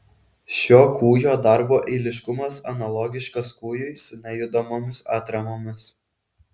šio kūjo darbo eiliškumas analogiškas kūjui su nejudamomis atramomis